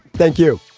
thank you